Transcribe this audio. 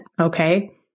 Okay